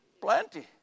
Plenty